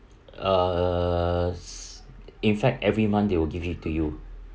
uh in fact every month they will give it to you